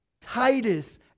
Titus